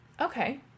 okay